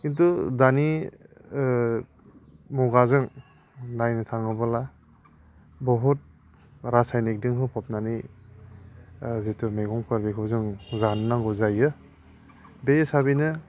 किन्तु दानि मुगाजों नायनो थाङोब्ला बहुत रासायनिक जों होफबनानै जितु मैगंफोर बेखौ जों जानो नांगौ जायो बे हिसाबैनो